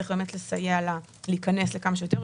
צריך לסייע לה להיכנס כמה שיותר,